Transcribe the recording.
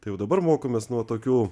tai jau dabar mokomės nuo tokių